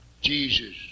Jesus